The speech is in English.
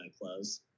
clothes